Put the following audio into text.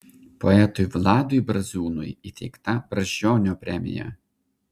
poetui vladui braziūnui įteikta brazdžionio premija